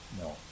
No